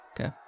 Okay